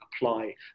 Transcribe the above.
apply